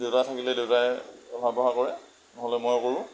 দেউতা থাকিলে দেউতাই ৰন্ধা বঢ়া কৰে নহ'লে মই কৰোঁ